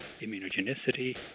immunogenicity